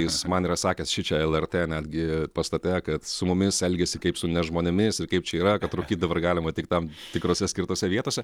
jis man yra sakęs šičia lrt netgi pastate kad su mumis elgiasi kaip su nežmonėmis ir kaip čia yra kad rūkyt dabar galima tik tam tikrose skirtose vietose